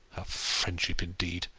her friendship indeed!